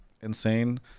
insane